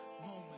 moment